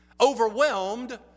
Overwhelmed